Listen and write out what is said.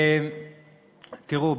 תראו,